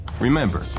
Remember